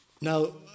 Now